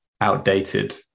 outdated